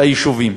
ליישובים,